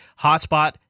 Hotspot